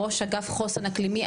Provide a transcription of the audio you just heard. ראש אגף חוסן אקלימי,